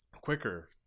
quicker